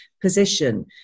position